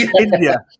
India